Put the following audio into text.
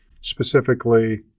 Specifically